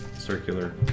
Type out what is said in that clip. Circular